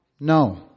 No